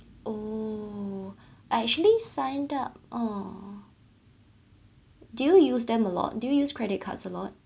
oo I actually signed up oh do you use them a lot do you use credit cards a lot